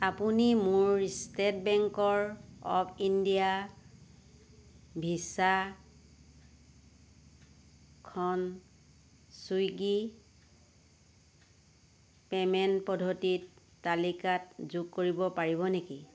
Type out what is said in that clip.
আপুনি মোৰ state bank of India ভিছাখন চুইগিৰ পে'মেণ্ট পদ্ধতিৰ তালিকাত যোগ কৰিব পাৰিব নেকি